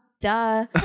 Duh